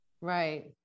Right